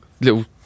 little